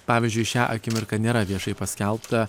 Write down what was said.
pavyzdžiui šią akimirką nėra viešai paskelbta